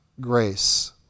grace